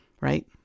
Right